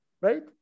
right